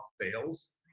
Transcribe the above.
sales